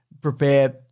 prepare